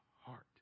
heart